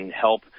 help